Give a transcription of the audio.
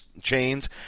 chains